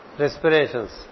respirations